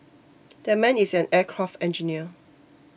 that man is an aircraft engineer